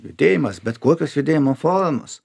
judėjimas bet kokios judėjimo formos